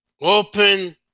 Open